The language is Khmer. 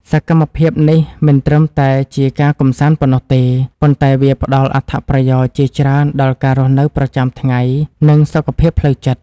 សកម្មភាពនេះមិនត្រឹមតែជាការកម្សាន្តប៉ុណ្ណោះទេ ប៉ុន្តែវាផ្ដល់អត្ថប្រយោជន៍ជាច្រើនដល់ការរស់នៅប្រចាំថ្ងៃ និងសុខភាពផ្លូវចិត្ត។